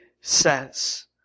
says